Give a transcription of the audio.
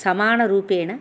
समानरूपेण